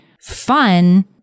fun